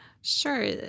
Sure